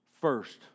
First